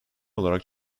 olarak